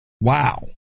Wow